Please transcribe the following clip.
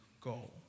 goal